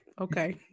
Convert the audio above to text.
okay